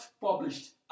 published